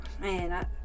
man